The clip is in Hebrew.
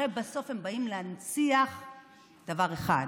הרי בסוף הם באים להנציח דבר אחד,